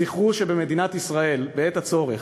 זכרו שבמדינת ישראל בעת הצורך,